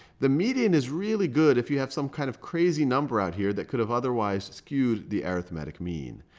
the median is really good if you have some kind of crazy number out here that could have otherwise skewed the arithmetic mean.